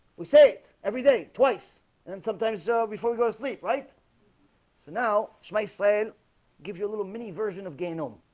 we say every day twice and sometimes oh before we go to sleep right so now my slave gives you a little mini version of gain um